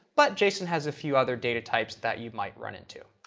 but json has a few other data types that you might run into.